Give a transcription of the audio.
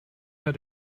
how